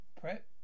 Prep